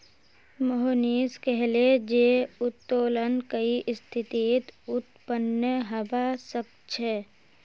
मोहनीश कहले जे उत्तोलन कई स्थितित उत्पन्न हबा सख छ